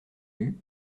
lue